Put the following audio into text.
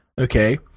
okay